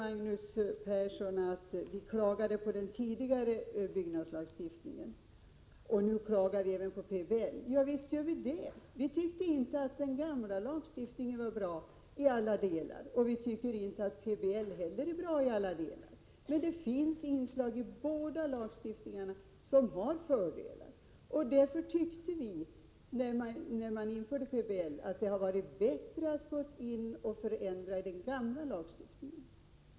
Magnus Persson säger att vi klagade på den tidigare byggnadslagstiftningen och att vi nu klagar även på PBL. Ja, visst gör vi det. Vi tyckte inte att den gamla lagstiftningen var bra till alla delar, och vi tycker inte heller att PBL är bra till alla delar. Men det finns inslag i båda lagstiftningarna som har fördelar. Därför tyckte vi, när man införde PBL, att det hade varit bättre att ändra i den gamla lagstiftningen.